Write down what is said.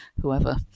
whoever